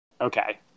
Okay